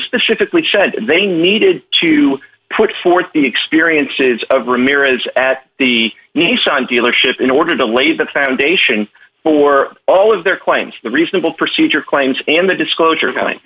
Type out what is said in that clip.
specifically said they needed to put forth the experiences of ramirez at the nissan dealership in order to lay the foundation for all of their claims reasonable procedure claims and the disclosure of